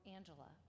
Angela